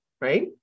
right